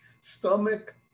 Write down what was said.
Stomach